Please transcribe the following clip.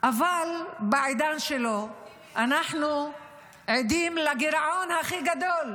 אבל בעידן שלו אנחנו עדים לגירעון הכי גדול.